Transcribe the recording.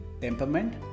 temperament